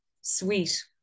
sweet